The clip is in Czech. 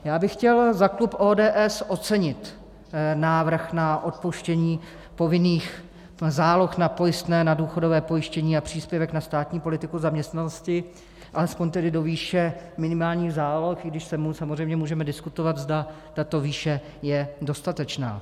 Já bych chtěl za klub ODS ocenit návrh na odpuštění povinných záloh na pojistné na důchodové pojištění a příspěvek na státní politiku zaměstnanosti alespoň tedy do výše minimálních záloh, i když se mnou samozřejmě můžete diskutovat, zda je tato výše dostatečná.